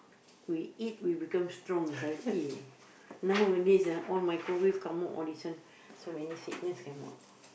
we eat we become strong and healthy nowadays ah all microwave come out all these one so many sickness come out